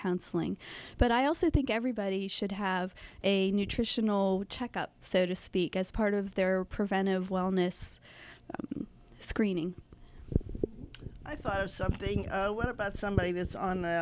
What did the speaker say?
counseling but i also think everybody should have a nutritional checkup so to speak as part of their preventive wellness screening i thought of something about somebody that's on the